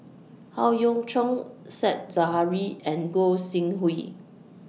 Howe Yoon Chong Said Zahari and Gog Sing Hooi